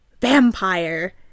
Vampire